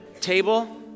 table